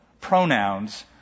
pronouns